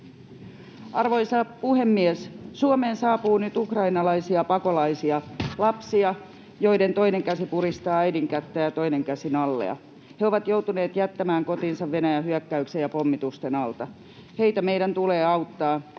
Arvoisa puhemies! Suomeen saapuu nyt ukrainalaisia pakolaisia — lapsia, joiden toinen käsi puristaa äidin kättä ja toinen käsi nallea. He ovat joutuneet jättämään kotinsa Venäjä hyökkäyksen ja pommitusten alta. Heitä meidän tulee auttaa